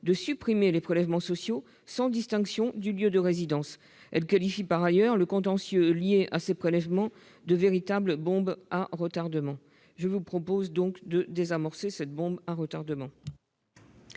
de supprimer les prélèvements sociaux sans distinction du lieu de résidence. Elle qualifie par ailleurs le contentieux lié à ces prélèvements de véritable bombe à retardement. Je vous propose donc de désamorcer cette bombe ! Les